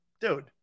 Dude